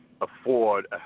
Afford